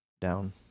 Down